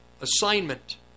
assignment